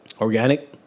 organic